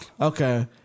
Okay